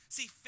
See